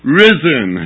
risen